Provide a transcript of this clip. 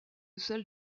celle